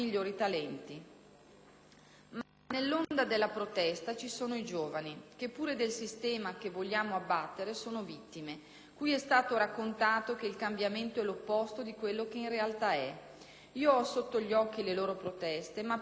Ma nell'onda della protesta ci sono i giovani, che pure del sistema che vogliamo abbattere sono vittime, cui è stato raccontato che il cambiamento è l'opposto di quello che in realtà è. Io ho sotto gli occhi le loro proteste, ma più ancora il loro futuro.